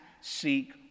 seek